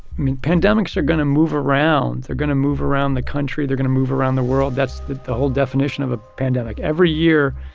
pandemics are going to move around. they're going to move around the country. they're gonna move around the world. that's the the whole definition of a pandemic. every year,